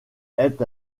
est